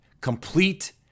Complete